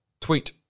Tweet